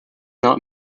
not